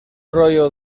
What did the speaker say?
rotllo